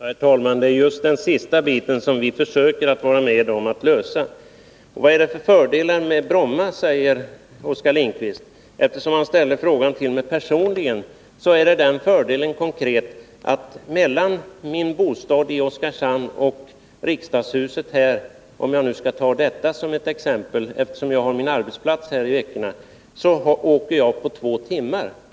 Herr talman! Det är just den sista biten som vi försöker att vara med om att lösa. Oskar Lindkvist frågar vad det är för fördelar med Bromma. Eftersom han ställde frågan till mig personligen, svarar jag att jag via Bromma åker på totalt två timmar mellan min bostad i Oskarshamn och riksdagshuset. Skall jag åka över Arlanda tar det över tre timmar.